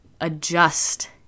adjust